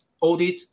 audit